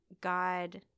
God